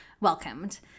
welcomed